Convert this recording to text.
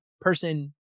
person